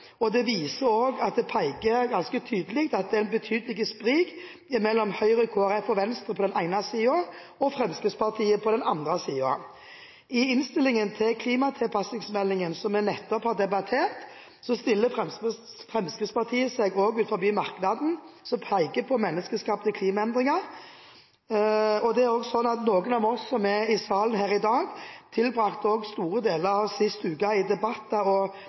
og det viser også at det er betydelige sprik mellom Høyre, Kristelig Folkeparti og Venstre på den ene siden og Fremskrittspartiet på den andre siden. I innstillingen til klimatilpasningsmeldingen som vi nettopp har debattert, stiller Fremskrittspartiet seg også utenfor merknaden som peker på menneskeskapte klimaendringer, og det er også slik at noen av oss som er her i salen i dag, tilbrakte store deler av sist uke i debatter og